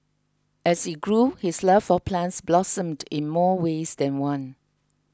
as he grew his love for plants blossomed in more ways than one